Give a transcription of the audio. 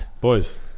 Boys